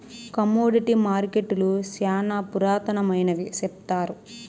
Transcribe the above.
commodity మార్కెట్టులు శ్యానా పురాతనమైనవి సెప్తారు